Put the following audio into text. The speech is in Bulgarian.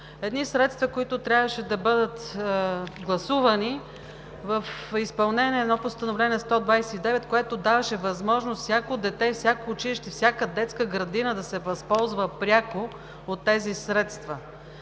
Едни средства трябваше да бъдат гласувани в изпълнение на Постановление № 129, което даваше възможност всяко дете, всяко училище, всяка детска градина да се възползва пряко от тези средства.